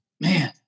man